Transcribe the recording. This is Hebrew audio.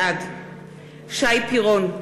בעד שי פירון,